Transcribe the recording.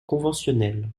conventionnels